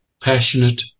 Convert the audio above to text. passionate